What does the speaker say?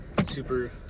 super